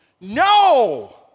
No